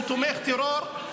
הוא תומך טרור,